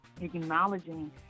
acknowledging